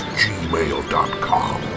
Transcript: gmail.com